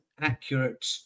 accurate